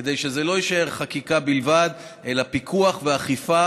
כדי שזה לא יישאר חקיקה בלבד אלא עם פיקוח ואכיפה.